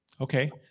Okay